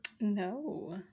no